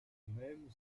même